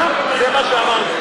והכול בסדר.